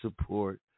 support